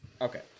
Okay